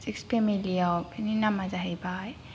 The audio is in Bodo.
सिक्स फेमिलिफोरनि नामा जाहैबाय